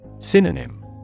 Synonym